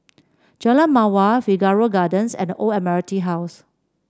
Jalan Mawar Figaro Gardens and The Old Admiralty House